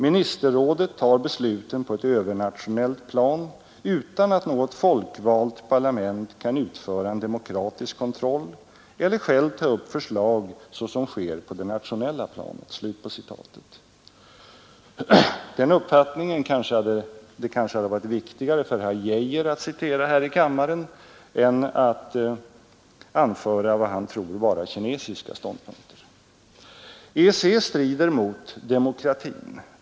Ministerrådet tar besluten på ett övernationellt plan utan att något folkvalt parlament kan utföra en demokratisk kontroll eller själv ta upp förslag såsom sker på det nationella planet.” Den uppfattningen kanske det hade varit viktigare för herr Arne Geijer att citera här i kammaren än att anföra vad han tror vara kinesiska ståndpunkter. EEC strider mot demokratin.